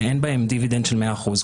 שאין בהם דיבידנד של 100 אחוזים,